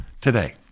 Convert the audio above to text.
today